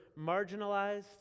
marginalized